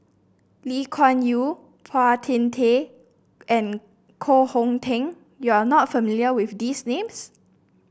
Lee Kuan Yew Phua Thin and Koh Hong Teng you are not familiar with these names